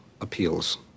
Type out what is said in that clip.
appeals